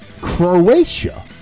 Croatia